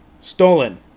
Stolen